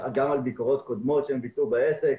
גם על ביקורות קודמות שהם ביקרו בעסק.